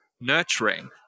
nurturing